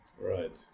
Right